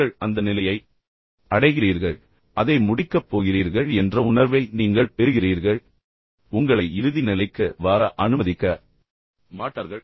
நீங்கள் அந்த நிலையை அடைகிறீர்கள் அதை முடிக்கப் போகிறீர்கள் என்ற உணர்வை நீங்கள் பெறுகிறீர்கள் ஆனால் அவர்கள் உங்களை இறுதி நிலைக்கு வர ஒருபோதும் அனுமதிக்க மாட்டார்கள்